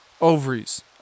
ovaries